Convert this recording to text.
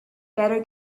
better